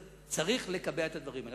צריך לקבע את הדברים האלה.